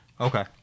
Okay